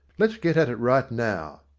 let's get at it right now.